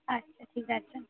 আচ্ছা ঠিক আছে